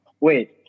Wait